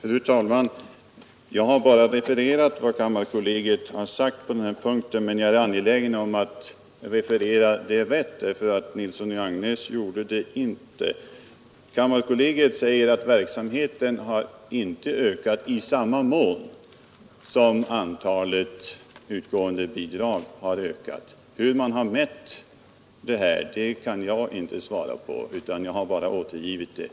Fru talman! Jag har bara refererat vad kammarkollegiet sagt på denna punkt, men jag är angelägen om att referera det riktigt — herr Nilsson i Agnäs gjorde det inte. Kammarkollegiet säger att verksamheten inte har ökat i samma mån som antalet utgående bidrag ökat. Hur man har mätt ökningen kan jag inte svara på: Jag har bara återgivit detta.